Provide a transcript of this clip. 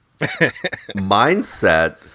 mindset